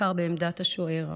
בעיקר בעמדת השוער,